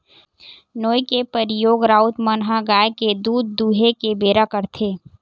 नोई के परियोग राउत मन ह गाय के दूद दूहें के बेरा करथे